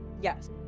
Yes